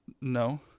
No